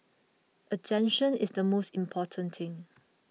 attention is the most important thing